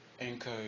anchor